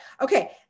Okay